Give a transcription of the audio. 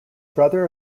brother